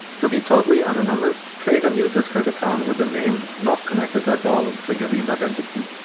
to be totally anonymous, create a new discord account with a name not connected at all to your real identity.